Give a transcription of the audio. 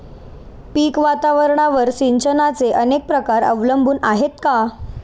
पीक वातावरणावर सिंचनाचे अनेक प्रकार अवलंबून आहेत का?